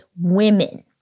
women